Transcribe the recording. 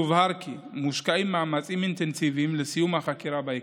יובהר כי מושקעים מאמצים אינטנסיביים בסיום החקירה בהקדם.